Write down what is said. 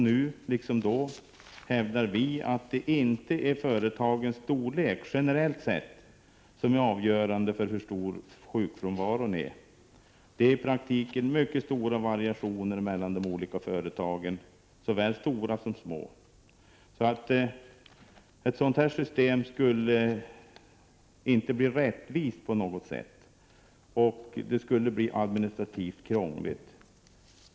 Nu, liksom då, hävdar vi att det inte är företagens storlek generellt sett som är avgörande för hur stor sjukfrånvaron är. Det är i praktiken mycket stora variationer mellan de olika företagen, såväl stora som små. Det föreslagna systemet skulle således inte på något sätt bli rättvist, och det skulle också bli administrativt krångligt.